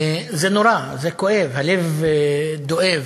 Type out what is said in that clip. זה נורא, זה כואב, הלב דואב.